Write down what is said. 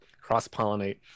cross-pollinate